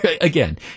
again